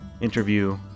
interview